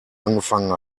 angefangen